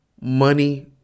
money